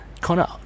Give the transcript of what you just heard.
Connor